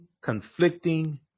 conflicting